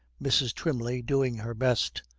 mrs. twymley, doing her best,